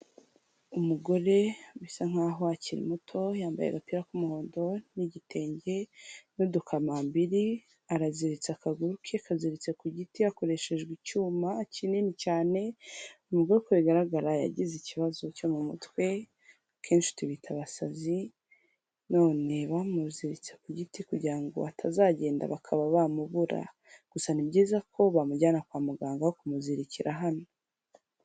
Umugore bisa nkaho akiri muto, yambaye agapira k'umuhondo n'igitenge n'udukamambiri, araziritse akaguru ke kaziritse ku giti hakoreshejwe icyuma kinini cyane, nk'uko bigaragara yagize ikibazo cyo mu mutwe akenshi tubita abasazi, none bamuziritse ku giti kugira ngo atazagenda bakaba bamubura gusa ni byiza ko bamujyana kwa muganga aho kumuzirikira hano.